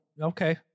Okay